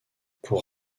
pour